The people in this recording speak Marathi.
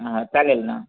चालेल ना